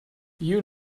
you